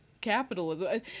capitalism